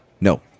No